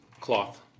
cloth